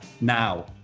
now